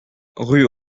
rue